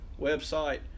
website